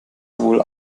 sowohl